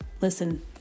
listen